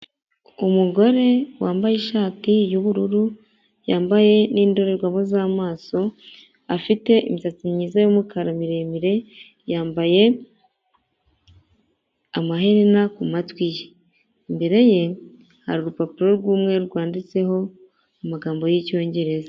Umugore wambaye ishati y'ubururu, yambaye n'indorerwamo z'amaso, afite imisatsi myiza y'umukara miremire, yambaye amaherena ku matwi ye, imbere ye hari urupapuro r'umweru, rwanditseho amagambo y'Icyongereza.